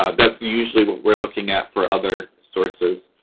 ah that's usually what we're looking at for other sources.